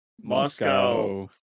Moscow